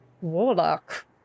Warlock